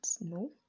No